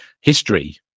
history